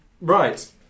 right